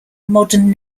modern